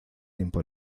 tiempo